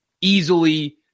easily